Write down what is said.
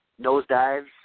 nosedives